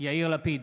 יאיר לפיד,